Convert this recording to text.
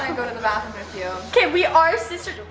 go. to the bathroom with you. okay, we are sisters.